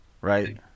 right